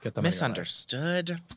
misunderstood